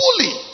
fully